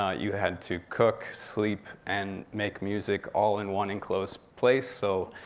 ah you had to cook, sleep, and make music, all in one enclosed place, so